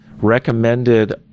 recommended